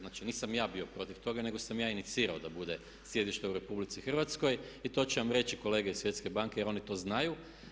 Znači nisam ja bio protiv toga, nego sam ja inicirao da bude sjedište u RH i to će vam reći kolege iz Svjetske banke jer oni to znaju.